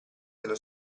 dello